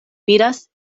vidas